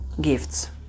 gifts